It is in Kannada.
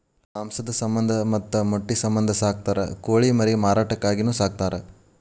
ಮಾಂಸದ ಸಮಂದ ಮತ್ತ ಮೊಟ್ಟಿ ಸಮಂದ ಸಾಕತಾರ ಕೋಳಿ ಮರಿ ಮಾರಾಟಕ್ಕಾಗಿನು ಸಾಕತಾರ